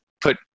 put